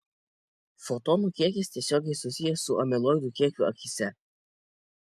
fotonų kiekis tiesiogiai susijęs su amiloidų kiekiu akyse